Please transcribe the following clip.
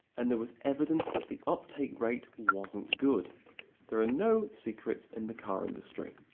and there was evidence that the uptake rate wasn't good there are no secrets in the car industry.